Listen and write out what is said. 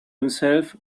himself